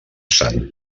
sant